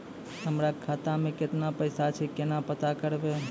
हमरा खाता मे केतना पैसा छै, केना पता करबै?